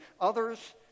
others